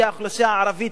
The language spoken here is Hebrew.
שהיא האוכלוסייה הערבית,